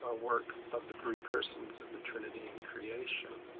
ah work of the three persons of the trinity in creation.